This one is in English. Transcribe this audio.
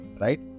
right